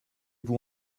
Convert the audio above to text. vous